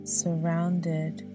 surrounded